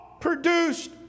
produced